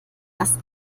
dass